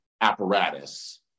apparatus